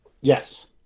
yes